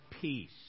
peace